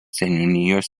seniūnijos